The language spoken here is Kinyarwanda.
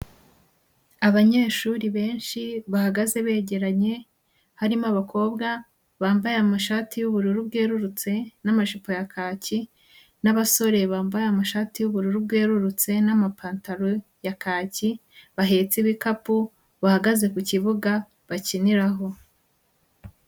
Abanyeshuri benshi bahagaze begeranye, harimo abakobwa, bambaye amashati y'ubururu bwerurutse n'amajipo ya kaki n'abasore bambaye amashati y'ubururu bwerurutse n'amapantaro ya kaki, bahetse ibikapu, bahagaze ku kibuga bakiniraho.